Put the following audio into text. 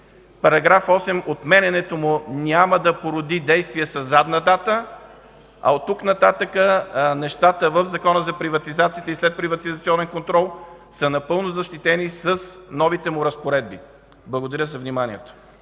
15 години. Отменянето на § 8 няма да породи действия със задна дата, а оттук нататък нещата в Закона за приватизацията и следприватизационен контрол са напълно защитени с новите му разпоредби. Благодаря за вниманието.